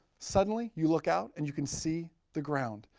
suddenly, you look out and you can see the ground.